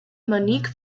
monique